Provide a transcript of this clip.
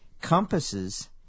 compasses